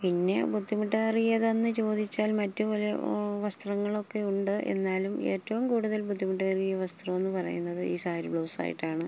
പിന്നെ ബുദ്ധിമുട്ടേറിയതെന്ന് ചോദിച്ചാൽ മറ്റുപല വസ്ത്രങ്ങളൊക്കെയുണ്ട് എന്നാലും ഏറ്റവും കൂടുതൽ ബുദ്ധിമുട്ടേറിയ വസ്ത്രമെന്ന് പറയുന്നത് ഈ സാരി ബ്ലൗസായിട്ടാണ്